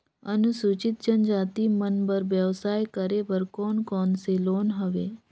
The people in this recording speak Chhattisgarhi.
अनुसूचित जनजाति मन बर व्यवसाय करे बर कौन कौन से लोन हवे?